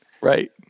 right